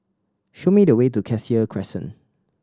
show me the way to Cassia Crescent